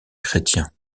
chrétiens